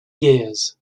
years